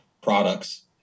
products